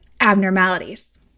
abnormalities